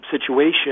situation